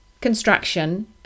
construction